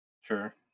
Sure